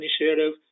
initiative